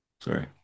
sorry